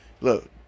look